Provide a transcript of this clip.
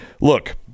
Look